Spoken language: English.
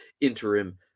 interim